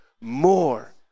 more